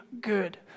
good